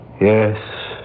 Yes